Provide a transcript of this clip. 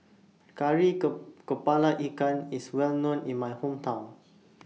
Kari Kepala Ikan IS Well known in My Hometown